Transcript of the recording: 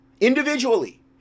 Individually